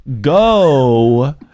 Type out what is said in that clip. Go